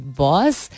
boss